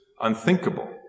unthinkable